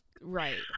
Right